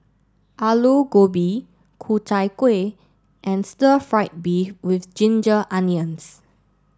Aloo Gobi Ku Chai Kueh and Stir Fried Beef with Ginger Onions